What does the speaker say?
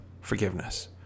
forgiveness